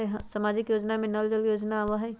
सामाजिक योजना में नल जल योजना आवहई?